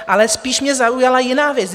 Ale spíš mě zaujala jiná věc.